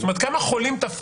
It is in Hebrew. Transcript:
זאת אומרת, כמה חולים תפסנו?